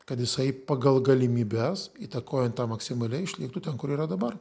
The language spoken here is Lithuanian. kad jisai pagal galimybes įtakojant maksimaliai išliktų ten kur yra dabar